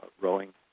Rowing